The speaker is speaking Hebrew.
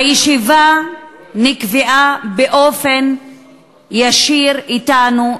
הישיבה נקבעה באופן ישיר אתנו,